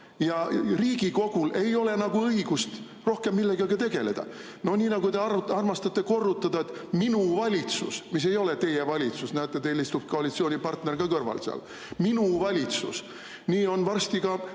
ja Riigikogul ei ole nagu õigust rohkem millegagi tegeleda. Nii nagu te armastate korrutada, et minu valitsus – mis ei ole teie valitsus, näete, teil istub koalitsioonipartner kõrval –, nii on varsti ka